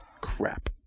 crap